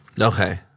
okay